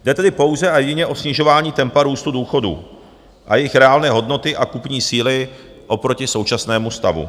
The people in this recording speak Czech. Jde tedy pouze a jedině o snižování tempa růstu důchodů a jejich reálné hodnoty a kupní síly oproti současnému stavu.